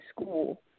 school